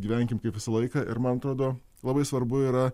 gyvenkim kaip visą laiką ir man atrodo labai svarbu yra